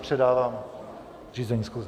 Předávám řízení schůze.